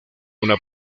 una